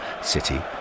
city